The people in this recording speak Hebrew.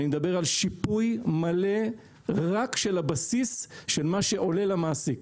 אני מדבר על שיפוי מלא רק של הבסיס של מה שעולה למעסיק.